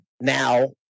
now